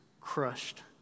crushed